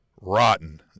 Rotten